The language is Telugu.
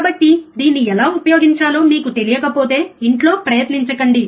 కాబట్టి దీన్ని ఎలా ఉపయోగించాలో మీకు తెలియకపోతే ఇంట్లో ప్రయత్నించకండి